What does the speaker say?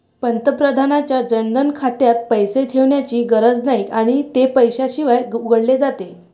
पंतप्रधानांच्या जनधन खात्यात पैसे ठेवण्याची गरज नाही आणि ते पैशाशिवाय उघडले जाते